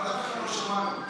אבל אף אחד לא שמע להם.